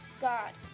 God